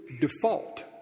default